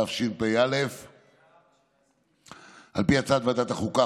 התשפ"א 2021. על פי הצעת ועדת החוקה,